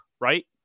right